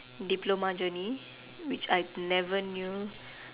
diploma journey which I never knew